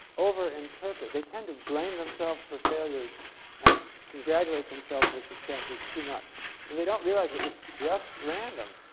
over interpret they tend to blame themselves for failures and congratulate themselves for successes too much and they don't realize that it's just random.